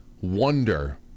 wonder